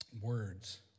words